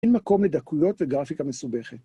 אין מקום לדקויות וגרפיקה מסובכת.